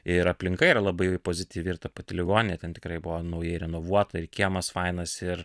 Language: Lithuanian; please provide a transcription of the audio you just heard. ir aplinka yra labai pozityvi ir ta pati ligoninė ten tikrai buvo naujai renovuota ir kiemas fainas ir